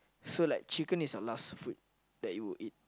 so like chicken is your last food that you will eat